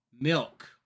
milk